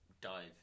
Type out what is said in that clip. dive